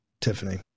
Tiffany